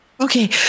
Okay